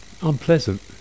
unpleasant